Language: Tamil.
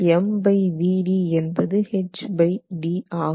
MVd என்பது hd ஆகும்